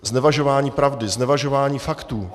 Znevažování pravdy, znevažování faktů.